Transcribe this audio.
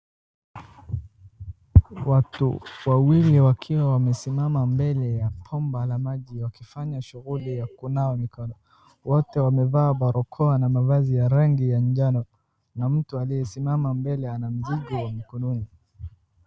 Watu wawili wakiwa wamesimama mbele ya bomba la maji wakifanya shughuli ya kunawa mikono. Wote wamevaa barakoa na mavazi ya rangi ya njano na mtu aliyesimama mbele ana mzigo mkononi.